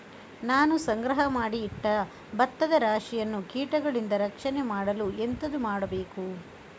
ನಾನು ಸಂಗ್ರಹ ಮಾಡಿ ಇಟ್ಟ ಭತ್ತದ ರಾಶಿಯನ್ನು ಕೀಟಗಳಿಂದ ರಕ್ಷಣೆ ಮಾಡಲು ಎಂತದು ಮಾಡಬೇಕು?